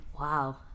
Wow